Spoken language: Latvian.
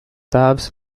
tēvs